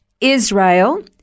Israel